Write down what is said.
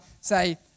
say